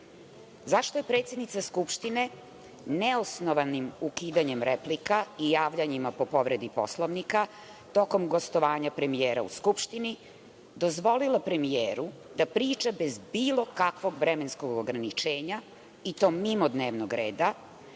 predsednica Skupštine neosnovanim ukidanjem replika i javljanjima po povredi Poslovnika tokom gostovanja premijera u Skupštini dozvolila premijeru da priča bez bilo kakvog vremenskog ograničenja i to mimo dnevnog reda,